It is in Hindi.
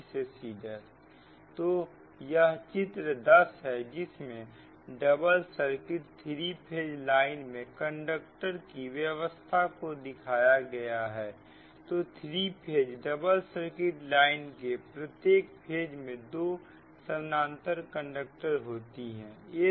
तो यह चित्र 10 है जिसमें डबल सर्किट 3 फेज लाइन में कंडक्टर की व्यवस्था को दिखाया गया है तो three phase double circuit line के प्रत्येक फेज में दो समानांतर कंडक्टर होती है